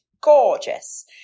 gorgeous